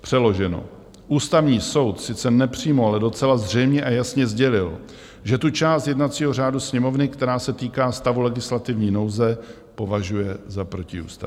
Přeloženo: Ústavní soud sice nepřímo, ale docela zřejmě a jasně sdělil, že tu část jednacího řádu Sněmovny, která se týká stavu legislativní nouze, považuje za protiústavní.